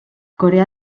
corea